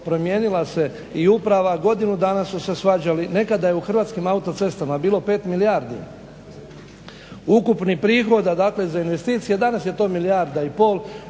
Promijenila se i uprava, godinu dana su se svađali. Nekada je u Hrvatskim autocestama bilo 5 milijardi ukupnih prihoda dakle za investicije. Danas je to milijarda i pol.